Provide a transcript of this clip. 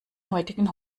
heutigen